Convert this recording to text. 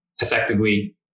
effectively